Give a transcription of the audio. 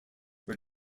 were